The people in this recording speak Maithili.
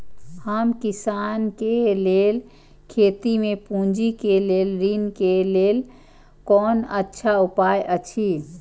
हम किसानके लेल खेती में पुंजी के लेल ऋण के लेल कोन अच्छा उपाय अछि?